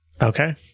Okay